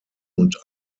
und